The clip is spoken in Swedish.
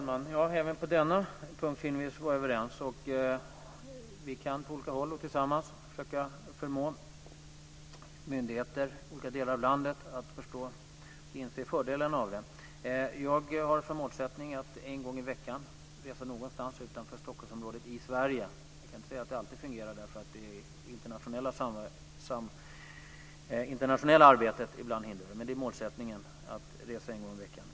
Fru talman! Även på denna punkt synes vi vara överens. Vi kan på olika håll och tillsammans försöka förmå myndigheter i olika delar av landet att förstå detta och inse fördelarna av det. Jag har som målsättning att en gång i veckan resa någonstans i Sverige utanför Stockholmsområdet. Jag kan inte säga att det alltid fungerar eftersom det internationella arbetet ibland hindrar det, men målsättningen är att resa en gång i veckan.